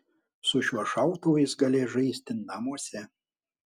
su šiuo šautuvu jis galės žaisti namuose